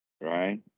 right